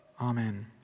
Amen